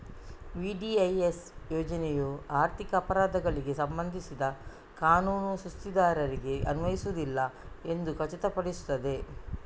VDIS ಯೋಜನೆಯು ಆರ್ಥಿಕ ಅಪರಾಧಗಳಿಗೆ ಸಂಬಂಧಿಸಿದ ಕಾನೂನುಗಳು ಸುಸ್ತಿದಾರರಿಗೆ ಅನ್ವಯಿಸುವುದಿಲ್ಲ ಎಂದು ಖಚಿತಪಡಿಸುತ್ತದೆ